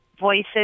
Voices